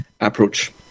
approach